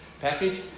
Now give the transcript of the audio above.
passage